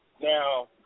Now